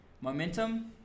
Momentum